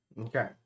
Okay